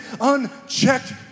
Unchecked